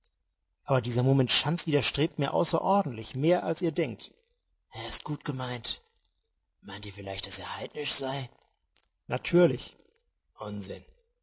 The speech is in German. aber dieser mummenschanz widerstrebt mir außerordentlich mehr als ihr denkt er ist gut gemeint meint ihr vielleicht daß er heidnisch sei natürlich unsinn